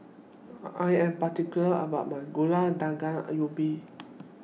I Am particular about My Gulai Daun Ubi